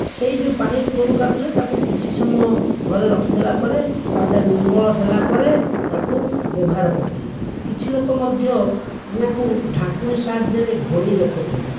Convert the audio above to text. ସେହି ଯେଉଁ ପାଣି କୂଅରୁ କାଢ଼ୁଥିଲେ ତାକୁ କିଛି ସମୟ ଘରେ ରଖିଦେଲାପରେ ପାଣିଟା ନିର୍ମଳ ହେଲାପରେ ତାକୁ ବ୍ୟବହାର କରୁଥିଲେ କିଛିଲୋକ ମଧ୍ୟ କୂଅକୁ ଢାଙ୍କୁଣୀ ସାହାଯ୍ୟରେ ଘୋଡ଼େଇ ରଖୁଥିଲେ